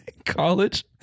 College